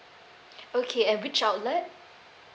okay at which outlet